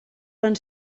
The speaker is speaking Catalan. van